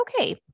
okay